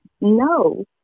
No